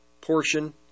portion